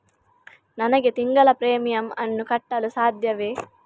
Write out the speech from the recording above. ನನಗೆ ತಿಂಗಳ ಪ್ರೀಮಿಯಮ್ ಅನ್ನು ಕಟ್ಟಲು ಸಾಧ್ಯವೇ?